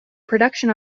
production